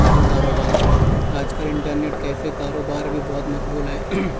کا کاروبار آج کل انٹرنیٹ کیفے کاروبار بھی بہت مقبول ہے